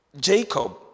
Jacob